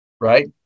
right